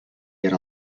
yer